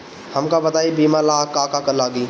हमका बताई बीमा ला का का लागी?